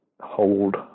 hold